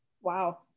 Wow